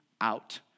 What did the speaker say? out